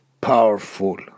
powerful